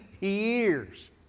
years